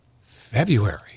February